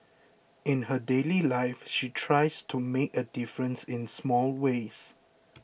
in her daily life she tries to make a difference in small ways